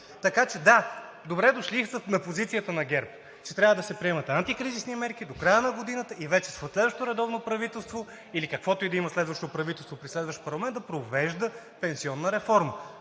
Така че, да, добре дошли на позицията на ГЕРБ, че трябва да се приемат антикризисни мерки до края на годината и вече със следващо редовно правителство, или каквото и да има следващо правителство при следващ парламент, да провежда пенсионна реформа.